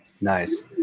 Nice